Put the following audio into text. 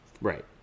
Right